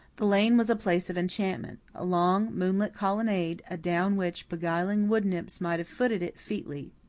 the lane was a place of enchantment a long, moonlit colonnade adown which beguiling wood nymphs might have footed it featly.